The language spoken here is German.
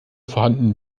vorhandenen